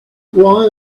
why